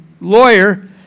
lawyer